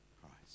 Christ